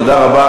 תודה רבה.